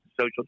social